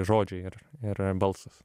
žodžiai ir ir balsas